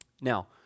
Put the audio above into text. Now